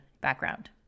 background